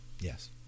Yes